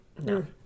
No